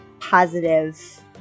positive